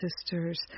sisters